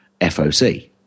FOC